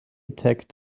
attacked